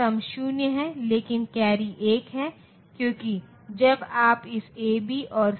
तो यह 55 है तो 44 के लिए फिर से उसी तकनीक से जा रहे है 32 प्लस 8 40 प्लस 1 44